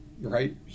Right